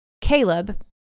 Caleb